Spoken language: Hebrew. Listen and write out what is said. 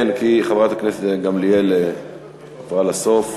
כן, כי חברת הכנסת גמליאל עברה לסוף.